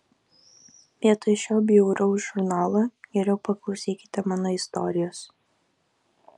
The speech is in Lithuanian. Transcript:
vietoj šio bjauraus žurnalo geriau paklausykite mano istorijos